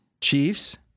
Chiefs